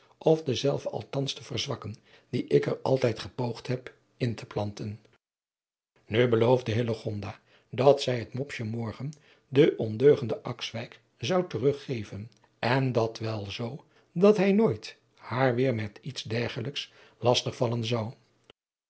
of dezelve althans te verzwakken die ik er altijd gepoogd heb in te planten nu beloofde hillegonda dat zij het mopsje morgen den ondeugenden akswijk zou teruggeven en dat wel zoo dat hij nooit haar weêr met iets dergelijks lastig vallen zou